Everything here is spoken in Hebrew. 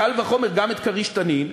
קל וחומר גם את "כריש" "תנין",